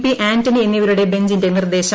P Antony എന്നിവരുടെ ബൃച്ചിന്റെ നിർദേശം